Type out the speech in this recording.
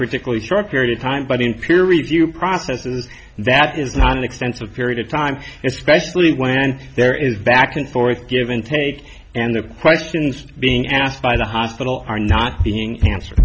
particularly strong period of time but in peer review process that is not an extensive period of time especially when there is back and forth give and take and the questions being asked by the hospital are not being an